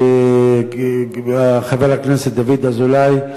חבר הכנסת דוד אזולאי.